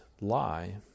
lie